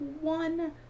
one